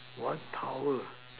what power